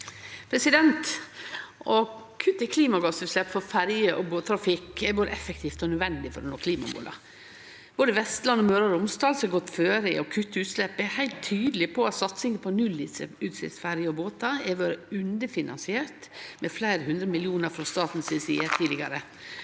Å kutte klima- gassutslepp frå ferje- og båttrafikk er både effektivt og nødvendig for å nå klimamåla. Både Vestland og Møre og Romsdal, som har gått føre i å kutte utslepp, er heilt tydelege på at satsinga på nullutsleppsferjer og -båtar har vore underfinansiert med fleire hundre millionar frå staten si side tidlegare.